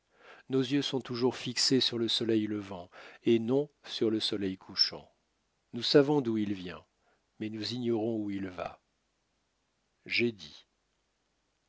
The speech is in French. nos yeux sont toujours fixés sur le soleil levant et non sur le soleil couchant nous savons d'où il vient mais nous ignorons où il va j'ai dit